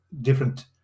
different